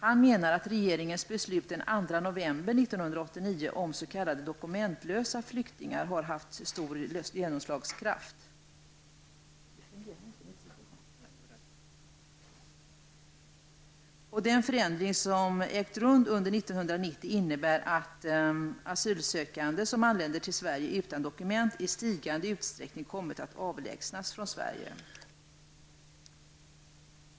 Han menar att regeringens beslut den 2 november 1989 om s.k. dokumentlösa flyktingar har haft stor genomslagskraft. Den förändring som har ägt rum under 1990 innebär att asylsökande som anländer till Sverige utan dokument i stigande utsträckning kommit att avvisas från Sverige.